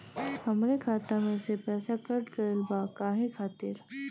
हमरे खाता में से पैसाकट गइल बा काहे खातिर?